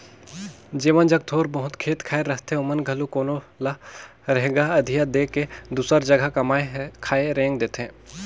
जेमन जग थोर बहुत खेत खाएर रहथे ओमन घलो कोनो ल रेगहा अधिया दे के दूसर जगहा कमाए खाए रेंग देथे